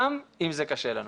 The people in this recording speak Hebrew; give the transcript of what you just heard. גם אם זה קשה לנו.